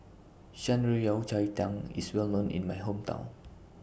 Shan Rui Yao Cai Tang IS Well known in My Hometown